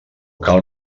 cal